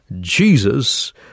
Jesus